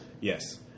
Yes